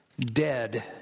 dead